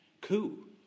coup